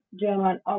German